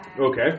Okay